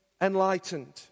enlightened